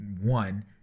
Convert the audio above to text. one